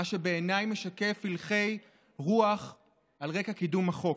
מה שבעיניי משקף הלכי רוח על רקע קידום החוק.